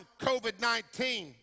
COVID-19